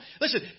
Listen